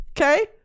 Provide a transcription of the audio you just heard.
okay